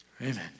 Amen